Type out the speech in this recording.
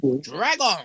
dragon